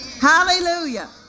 Hallelujah